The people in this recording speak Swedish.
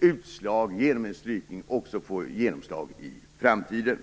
uppfattning med hjälp av en strykning också få genomslag i framtiden.